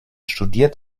studiert